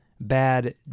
bad